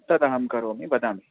तद अहं करोमि वदामि